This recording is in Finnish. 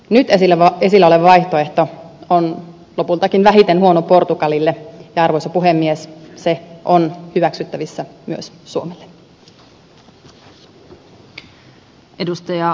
nyt esillä oleva vaihtoehto on lopultakin vähiten huono portugalille ja arvoisa puhemies se on hyväksyttävissä myös suomelle